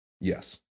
Yes